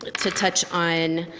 to touch on